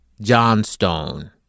Johnstone